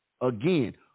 Again